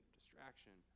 distraction